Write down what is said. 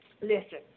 listen